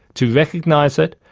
to recognise it,